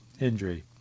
injury